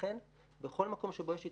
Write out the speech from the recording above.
ולכן בכל מקום שבו יש התפרצות,